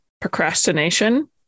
procrastination